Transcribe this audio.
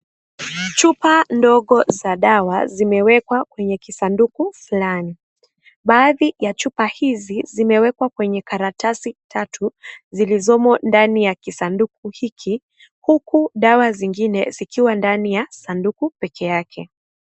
Chupa ndogo za dawa zimewekwa kwenye kisanduku fulani , baadhi za chupa hizi zimewekwa kwenye karatasi Tati zilizomo ndani ya kisanduku hiki huku dawa zingine zikiwa ndani ya sanduku pekeake.